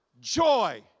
joy